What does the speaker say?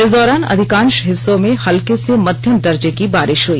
इस दौरान अधिकांश हिस्सों में हल्के से मध्यम दर्जे की बारिश हुई